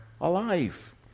alive